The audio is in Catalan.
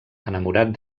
enamorat